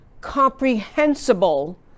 comprehensible